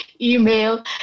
email